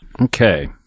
Okay